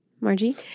Margie